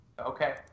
Okay